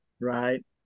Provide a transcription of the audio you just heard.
right